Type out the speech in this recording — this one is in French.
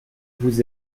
vous